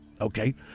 okay